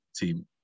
team